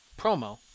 promo